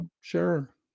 Sure